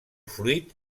fruit